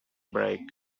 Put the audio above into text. break